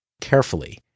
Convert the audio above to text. carefully